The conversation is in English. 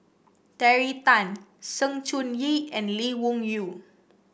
Terry Tan Sng Choon Yee and Lee Wung Yew